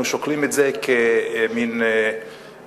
אנחנו שוקלים את זה כמין רזרבה.